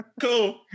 Cool